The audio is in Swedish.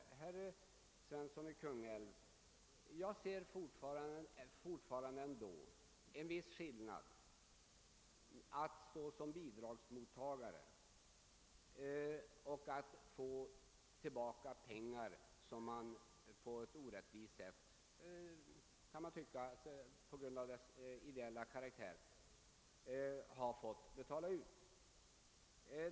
Och, herr Svensson i Kungälv, jag ser alltjämt en viss skillnad mellan att vara bidragsmottagare och att få tillbaka pengar som man på ett orättvist sätt — man kan ju tycka det på grund av bidragets ideella karaktär — har fått betala ut.